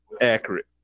accurate